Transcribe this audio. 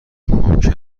ممکن